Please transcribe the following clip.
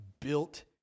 built